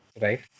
Right